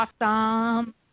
awesome